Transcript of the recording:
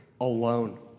alone